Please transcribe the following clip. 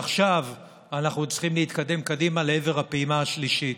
עכשיו אנחנו צריכים להתקדם קדימה לעבר הפעימה השלישית.